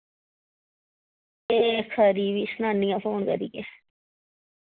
ए खरी फ्ही सनानी आं फोन करियै